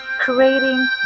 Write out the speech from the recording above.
Creating